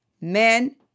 Men